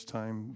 time